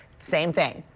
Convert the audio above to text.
same thing.